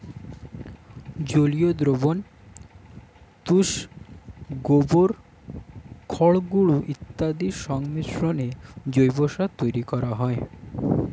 জলীয় দ্রবণ, তুষ, গোবর, খড়গুঁড়ো ইত্যাদির সংমিশ্রণে জৈব সার তৈরি করা হয়